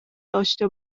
داشته